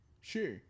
Sure